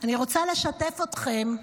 אני רוצה לשתף אתכם,